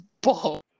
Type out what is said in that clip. ball